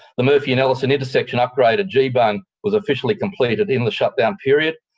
the murphy and ellison intersection upgrade at geebung was officially completed in the shutdown period.